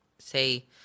say